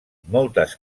moltes